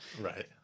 Right